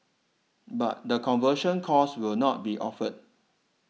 but the conversion course will not be offered